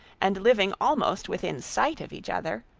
and living almost within sight of each other,